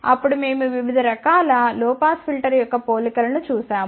అప్పుడు మేము వివిధ రకాల లొ పాస్ ఫిల్టర్ యొక్క పోలికను చూశాము